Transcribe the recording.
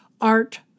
art